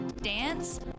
dance